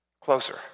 closer